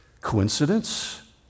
Coincidence